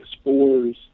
spores